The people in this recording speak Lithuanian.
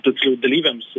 tiksliau dalyviams